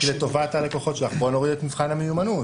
אפשר להוריד לטובת הלקוחות שלך את מבחן המיומנות.